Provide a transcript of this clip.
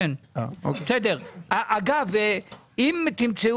אם רוצים לקיים